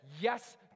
yes